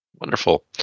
Wonderful